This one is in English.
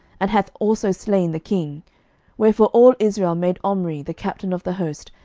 and hath also slain the king wherefore all israel made omri, the captain of the host,